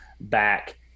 back